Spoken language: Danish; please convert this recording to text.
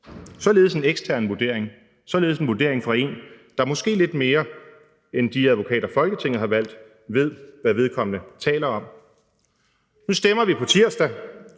Således en ekstern vurdering, således en vurdering fra en, der måske lidt mere end de advokater, Folketinget har valgt, ved, hvad vedkommende taler om. Nu stemmer vi på tirsdag,